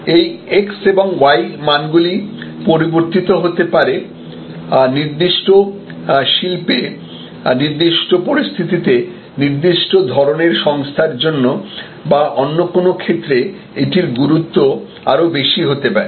এই এক্স এবং ওয়াই মানগুলি পরিবর্তিত হতে পারে নির্দিষ্ট শিল্পে নির্দিষ্ট পরিস্থিতিতে নির্দিষ্ট ধরণের সংস্থার জন্য বা অন্য কোনও ক্ষেত্রে এটির গুরুত্ব আরও বেশি হতে পারে